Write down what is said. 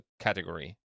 category